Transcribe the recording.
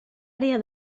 àrea